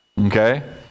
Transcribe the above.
Okay